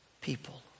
people